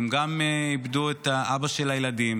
הן גם איבדו את האבא של הילדים,